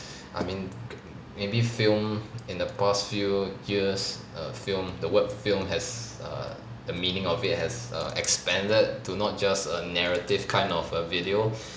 I mean maybe film in the past few years err film the word film has err the meaning of it has err expanded to not just a narrative kind of a video